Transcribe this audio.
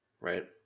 Right